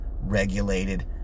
regulated